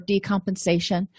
decompensation